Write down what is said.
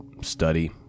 study